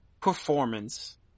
performance